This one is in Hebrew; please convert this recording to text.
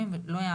לא.